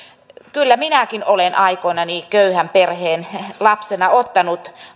kyllä minäkin olen aikoinani köyhän perheen lapsena ottanut